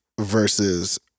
versus